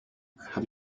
have